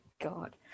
God